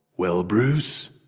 well, bruce,